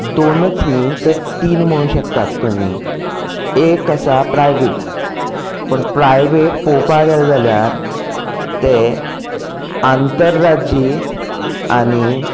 दोनच न्ही तर तीन म्हणू शकतात तुमी एक आसा प्रायवेट पण प्रायवेट पळोवपाक गेले जाल्यार ते आंतरराज्यी आनी